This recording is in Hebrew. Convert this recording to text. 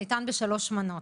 ניתן בשלוש מנות.